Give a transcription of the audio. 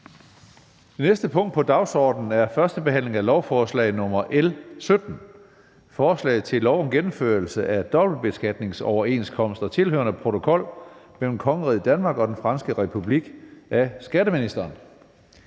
næste punkt på dagsordenen er: 6) 1. behandling af lovforslag nr. L 17: Forslag til lov om gennemførelse af dobbeltbeskatningsoverenskomst og tilhørende protokol mellem Kongeriget Danmark og Den Franske Republik. Af skatteministeren